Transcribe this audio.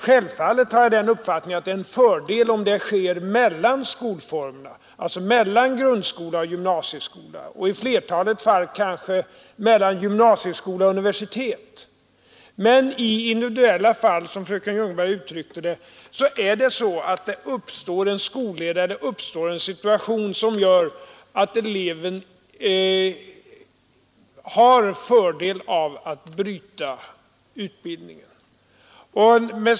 Självfallet har jag den uppfattningen att det är en fördel, om avbrottet sker mellan skolformerna, alltså mellan grundskola och gymnasieskola och kanske i flertalet fall mellan gymnasieskola och universitet. Men i individuella fall, som fröken Ljungberg uttryckte det, uppstår en skolleda eller en situation som gör att eleven har fördel av att bryta utbildningen.